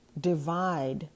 divide